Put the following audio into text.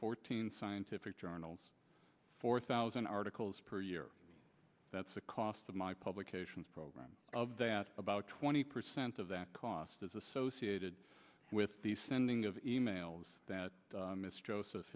fourteen scientific journals four thousand articles per year that's the cost of my publications program of that about twenty percent of that cost is associated with the sending of e mails that mr joseph